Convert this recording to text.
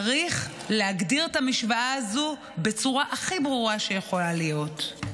צריך להגדיר את המשוואה הזו בצורה הכי ברורה שיכולה להיות.